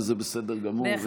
וזה בסדר גמור.